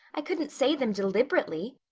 i couldn't say them deliberately.